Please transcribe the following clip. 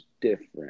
different